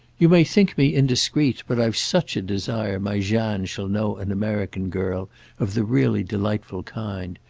you may think me indiscreet, but i've such a desire my jeanne shall know an american girl of the really delightful kind.